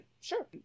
Sure